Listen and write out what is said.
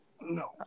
No